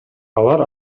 алар